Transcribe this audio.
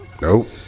Nope